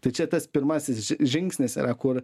tai čia tas pirmasis žingsnis yra kur